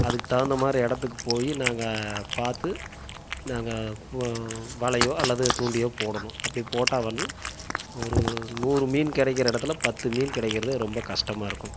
அதுக்கு தகுந்த மாதிரி இடத்துக்கு போய் நாங்கள் பார்த்து நாங்கள் வலையோ அல்லது தூண்டியோ போடணும் அப்படி போட்டால் வந்து ஒரு நூறு மீன் கிடைக்குற இடத்துல பத்து மீன் கிடைக்கிறது ரொம்ப கஷ்டமாகிருக்கும்